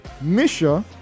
Misha